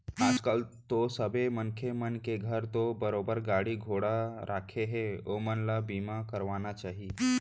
आज कल तो सबे मनखे मन के घर तो बरोबर गाड़ी घोड़ा राखें हें ओमन ल बीमा करवाना चाही